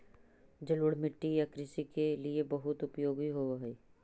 जलोढ़ मिट्टी या कृषि के लिए बहुत उपयोगी होवअ हई